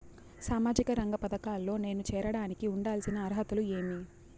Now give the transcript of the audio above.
సామాజిక రంగ పథకాల్లో నేను చేరడానికి ఉండాల్సిన అర్హతలు ఏమి?